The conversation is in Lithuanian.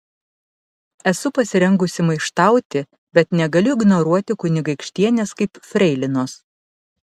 esu pasirengusi maištauti bet negaliu ignoruoti kunigaikštienės kaip freilinos